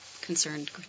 concerned